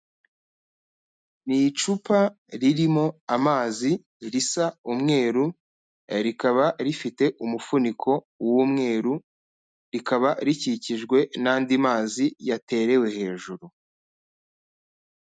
Ni icupa ririmo amazi risa umweru rikaba rifite umufuniko w'umweru, rikaba rikikijwe n'andi mazi yaterewe hejuru.